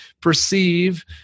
perceive